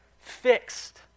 fixed